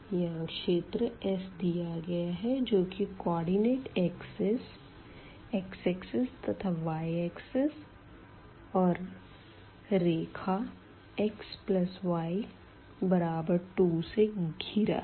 यहाँ क्षेत्र S दिया गया है जो की कोऑर्डिनेट एक्सिस x axis तथा y axis और रेखा xy2 से घिरा है